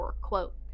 quote